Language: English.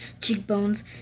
cheekbones